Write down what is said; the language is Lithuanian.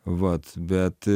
vat bet